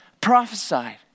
prophesied